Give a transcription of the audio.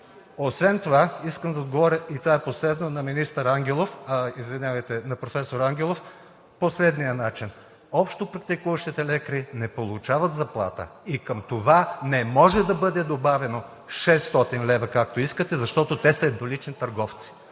Освен това искам да отговаря, и това е последно, на професор Ангелов по следния начин: общопрактикуващите лекари не получават заплата и към това не може да бъде добавено 600 лв., както искате, защото те са еднолични търговци.